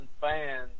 fans